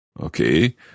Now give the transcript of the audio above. Okay